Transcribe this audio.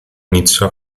iniziò